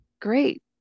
Great